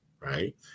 right